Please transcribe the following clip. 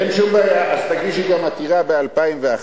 אין שום בעיה, אז תגישי גם עתירה ב-2011.